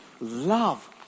love